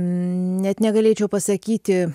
net negalėčiau pasakyti